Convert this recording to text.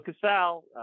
Casal